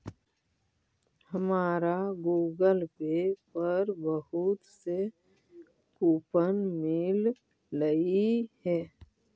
हमारा Google Pay पर बहुत से कूपन मिललई हे